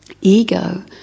ego